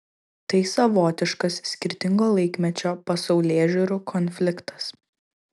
tai savotiškas skirtingo laikmečio pasaulėžiūrų konfliktas